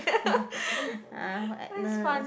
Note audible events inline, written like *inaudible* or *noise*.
*laughs* uh what Agnes